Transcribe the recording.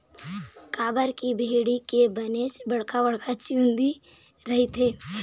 काबर की भेड़ी के बनेच बड़का बड़का चुंदी रहिथे